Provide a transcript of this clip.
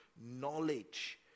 knowledge